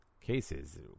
cases